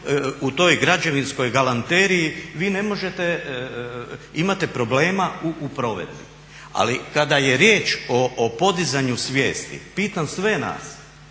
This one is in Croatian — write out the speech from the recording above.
u toj građevinskoj galanteriji vi imate problema u provedbi. Ali kada je riječ o podizanju svijesti, pitam sve nas,